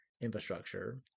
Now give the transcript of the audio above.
infrastructure